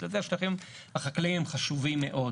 בגלל זה השטחים החקלאיים הם חשובים מאוד.